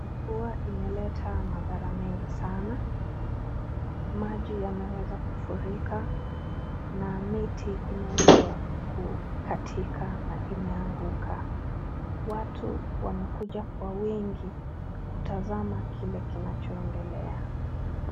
Mvua imeleta madhara mengi sana, maji yameweza kufurika na miti imewezwa kukatika na imeanguka. Watu wamekuja kwa wingi kutazama kile kinachoendelea.